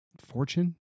Fortune